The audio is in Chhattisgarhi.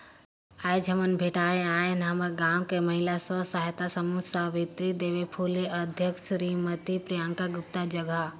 आयज हमन भेटाय आय हन हमर गांव के महिला स्व सहायता समूह सवित्री देवी फूले अध्यक्छता सिरीमती प्रियंका गुप्ता जघा